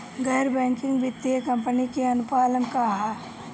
गैर बैंकिंग वित्तीय कंपनी के अनुपालन का ह?